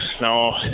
No